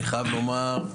אני חייב לומר,